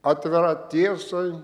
atvira tiesai